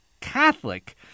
Catholic